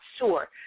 sure